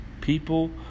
People